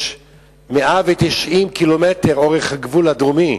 יש 190 ק"מ לאורך הגבול הדרומי.